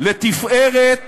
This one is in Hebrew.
לתפארת